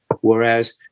whereas